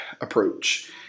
approach